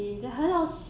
oh